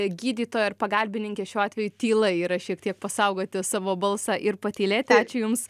gydytoja ir pagalbininkė šiuo atveju tyla yra šiek tiek pasaugoti savo balsą ir patylėti ačiū jums